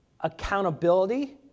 accountability